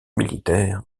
militaire